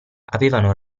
avevano